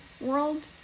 world